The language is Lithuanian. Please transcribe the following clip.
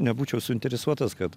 nebūčiau suinteresuotas kad